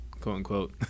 quote-unquote